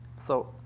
so,